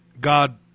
God